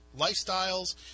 lifestyles